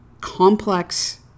complex